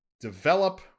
develop